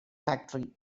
factory